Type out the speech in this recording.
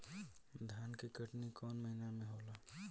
धान के कटनी कौन महीना में होला?